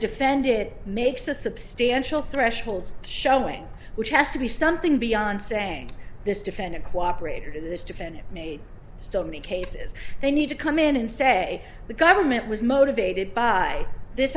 defend it makes a success thresholds showing which has to be something beyond saying this defendant cooperated in this defendant made so many cases they need to come in and say the government was motivated by this